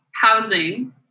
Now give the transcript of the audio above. housing